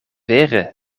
vere